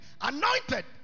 anointed